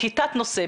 כתת נושא.